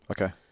Okay